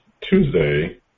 Tuesday